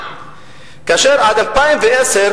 כאשר עד 2010,